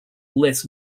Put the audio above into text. less